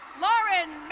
lauren